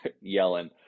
yelling